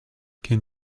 can